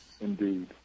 Indeed